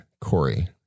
Corey